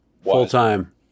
full-time